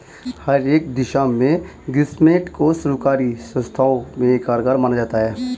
हर एक दशा में ग्रास्मेंट को सर्वकारी संस्थाओं में कारगर माना जाता है